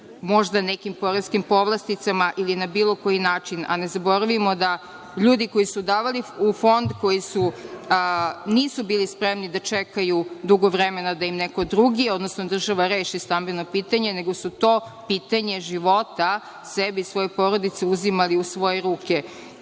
Možda nekim poreskim povlasticama ili na bilo koji način, a ne zaboravimo da ljudi koji su davali u fond, koji nisu bili spremni da čekaju dugo vremena da im neko drugi, odnosno država reši stambeno pitanje, nego su to pitanje života sebi i svojoj porodici, uzimali u svoje